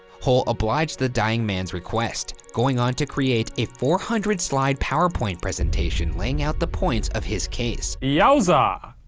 hull obliged the dying man's request, going on to create a four hundred slide powerpoint presentation laying out the points of his case. yowza.